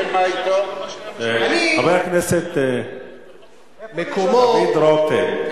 חבר הכנסת דוד רותם,